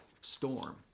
storm